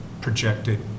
projected